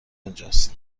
اونجاست